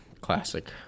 Classic